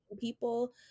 people